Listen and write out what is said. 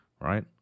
right